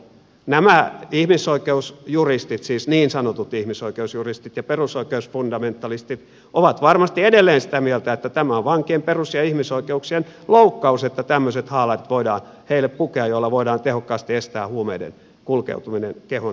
nämä ihmisoikeusjuristit siis niin sanotut ihmisoikeusjuristit ja perusoikeusfundamentalistit ovat varmasti edelleen sitä mieltä että tämä on vankien perus ja ihmisoikeuksien loukkaus että tämmöiset haalarit voidaan heille pukea joilla voidaan tehokkaasti estää huumeiden kulkeutuminen kehon sisäisesti